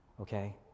okay